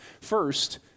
First